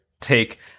take